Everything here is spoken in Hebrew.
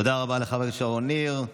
תודה רבה לחברת הכנסת שרון ניר.